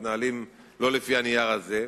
מתנהלים לא לפי הנייר הזה,